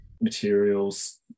materials